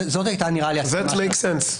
זה הגיוני.